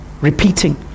Repeating